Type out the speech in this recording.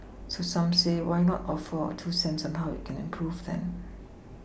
so some say why not offer our two cents on how it can improve then